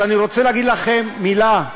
אז אני רוצה להגיד לכם מילה: